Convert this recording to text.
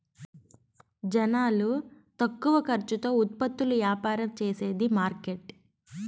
జనాలు తక్కువ ఖర్చుతో ఉత్పత్తులు యాపారం చేసేది మార్కెట్